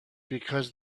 because